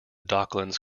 docklands